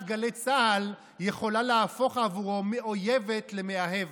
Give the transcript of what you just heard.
גלי צה"ל יכולה להפוך עבורו מאויבת למאהבת.